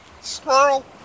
Squirrel